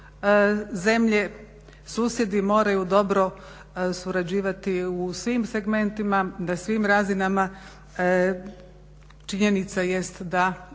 zemlje, susjedi moraju dobro surađivati u svim segmentima na svim razinama jer činjenica jest da